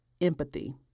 empathy